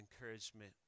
encouragement